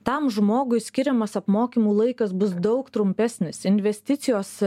tam žmogui skiriamas apmokymų laikas bus daug trumpesnis investicijos